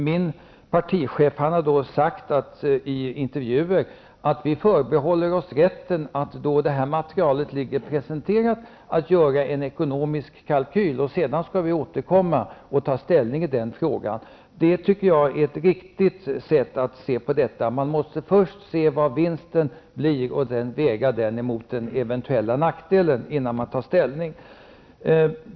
Min partichef har därför sagt i intervjuer att vi förbehåller oss rätten att när det här materialet är presenterat att göra en ekonomisk kalkyl. Sedan skall vi återkomma och ta ställning i frågan. Det tycker jag är ett riktigt sätt att se på detta. Man måste först räkna ut vilken vinst man gör, och sedan väga den mot eventuella nackdelar innan man tar ställning.